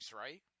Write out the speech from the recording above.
right